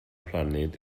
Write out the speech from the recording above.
planet